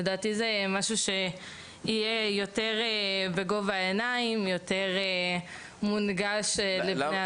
לדעתי זה משהו שיהיה יותר ׳בגובה העיניים׳ ויותר נגיש לבני נוער.